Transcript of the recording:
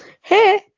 hey